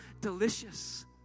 delicious